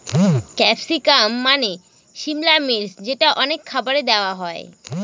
capsicum মানে সিমলা মির্চ যেটা অনেক খাবারে দেওয়া হয়